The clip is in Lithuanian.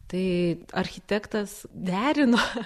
tai architektas derina